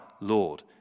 Lord